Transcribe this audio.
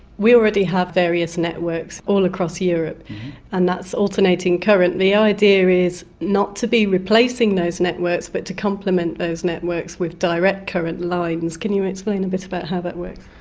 we already have various networks all across europe and that's alternating current. the idea is not to be replacing those networks but to complement those networks with direct current lines. can you explain a bit about how that works?